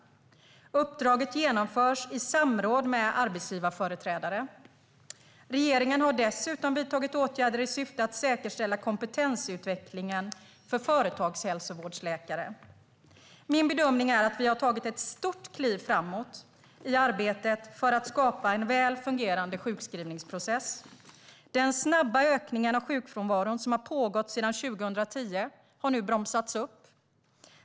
Uppdraget genomförs i samråd med arbetsgivarföreträdare. Regeringen har dessutom vidtagit åtgärder i syfte att säkerställa kompetensutvecklingen för företagshälsovårdsläkare. Min bedömning är att vi har tagit ett stort kliv framåt i arbetet med att skapa en väl fungerande sjukskrivningsprocess. Den snabba ökningen av sjukfrånvaron som pågått sedan 2010 har nu bromsats upp.